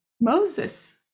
moses